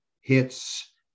hits